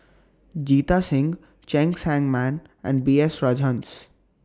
Jita Singh Cheng Tsang Man and B S Rajhans